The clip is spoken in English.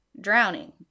Drowning